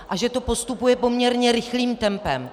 A že to postupuje poměrně rychlým tempem.